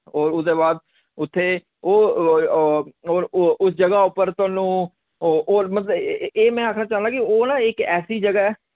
और उदे बाद उत्थे ओह् और उ उस जगह उप्पर थोआनू ओ और मतलब एह् में आखना चाहना कि ओ ना इक ऐसी जगह ऐ